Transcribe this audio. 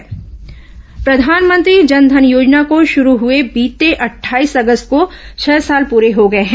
विशेष कार्यक्रम प्रधानमंत्री जन धन योजना को शुरू हुए बीते अट्ठाईस अगस्त को छह साल पूरे हो गए हैं